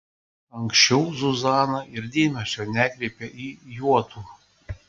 anksčiau zuzana ir dėmesio nekreipė į juodu